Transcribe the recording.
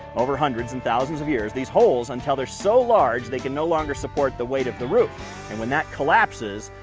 over hundreds and thousands of years these holes until they're so large, they can no longer support the weight of the roof and when that collapses,